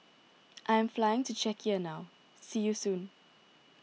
I am flying to Czechia now see you soon